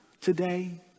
today